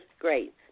Great